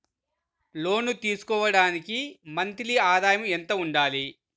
లోను తీసుకోవడానికి మంత్లీ ఆదాయము ఎంత ఉండాలి?